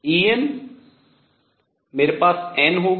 En मेरे पास n होगा